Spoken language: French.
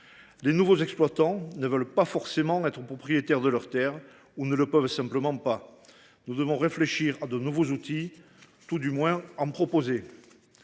Les nouveaux exploitants ne veulent pas forcément être propriétaires de leurs terres, ou ne le peuvent simplement pas. Nous devons donc réfléchir à de nouveaux outils, et leur en proposer.